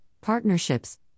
Partnerships